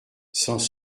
sans